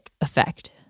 effect